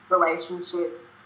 relationship